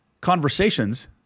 conversations